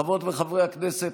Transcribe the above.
חברות וחברי הכנסת,